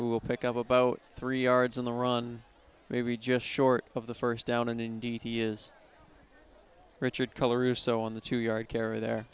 who will pick up about three yards on the run maybe just short of the first down and indeed he is richard color so on the two yard carry the